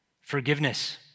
Forgiveness